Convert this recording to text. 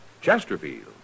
Chesterfield